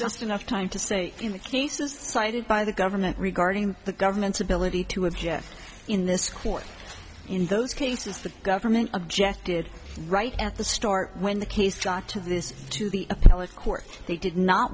just enough time to say in the cases cited by the government regarding the government's ability to object in this court in those cases the government objected right at the start when the case john to this to the appeal court they did not